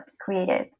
created